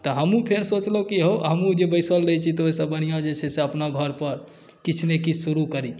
तऽ हमहूँ फेर सोचलहुँ की हओ हमहूँ जे बैसल रहै छी तऽ ओहिसँ बढ़िआँ जे छै से अपना घरपर किछुने किछु शुरू करी